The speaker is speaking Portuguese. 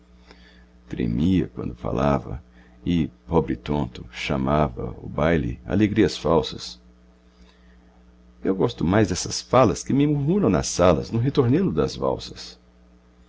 tremia quando falava e pobre tonto chamava o baile alegrias falsas eu gosto mais dessas falas que me murmuram nas salas no ritornelo das valsas